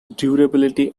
durability